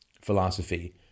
philosophy